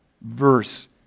verse